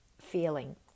feeling